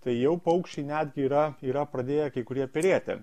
tai jau paukščiai netgi yra yra pradėję kai kurie perėti